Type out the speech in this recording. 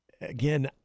Again